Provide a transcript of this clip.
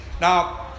Now